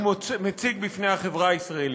הוא מציג בפני החברה הישראלית.